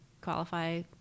qualify